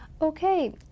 okay